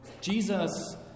Jesus